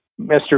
Mr